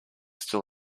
still